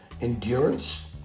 Endurance